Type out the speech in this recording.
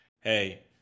hey